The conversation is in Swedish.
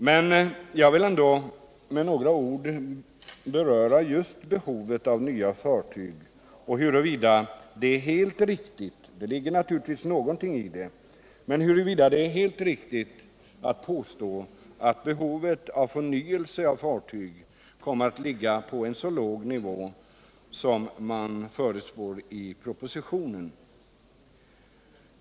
Men jag vill ändå med några ord beröra just behovet av nya fartyg och huruvida det är helt riktigt — det ligger naturligtvis något i det — att påstå att behovet av förnyelse av fartyg kommer att ligga på en så låg nivå som man förutspår i propositionen.